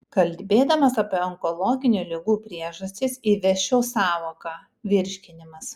kalbėdamas apie onkologinių ligų priežastis įvesčiau sąvoką virškinimas